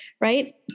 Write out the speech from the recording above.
right